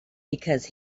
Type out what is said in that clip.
because